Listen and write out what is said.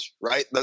right